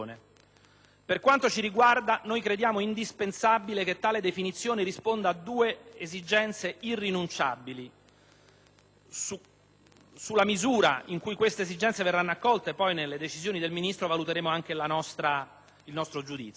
Per quanto ci riguarda, crediamo indispensabile che tale definizione risponda a due esigenze irrinunciabili (e sulla base della misura in cui tali esigenze verranno accolte nelle decisioni del Ministro valuteremo anche il nostro giudizio).